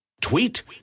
Tweet